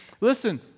listen